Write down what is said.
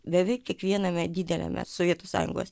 beveik kiekviename dideliame sovietų sąjungos